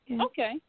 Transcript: Okay